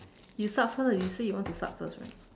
you start first ah you say you want to start first right